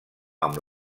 amb